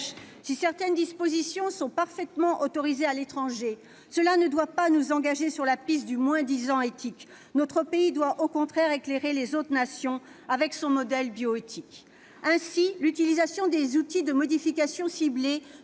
si certaines dispositions sont parfaitement autorisées à l'étranger, cela ne doit pas nous engager sur la piste du moins-disant éthique ; notre pays doit au contraire éclairer les autres nations avec son modèle bioéthique. Ainsi, l'utilisation des outils de modification ciblée